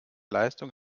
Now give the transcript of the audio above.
leistung